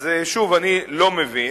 אז שוב, אני לא מבין,